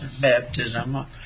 baptism